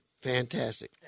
fantastic